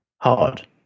Hard